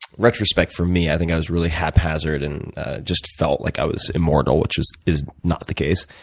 retrospect for me, i think i was really haphazard and just felt like i was immortal, which is is not the case.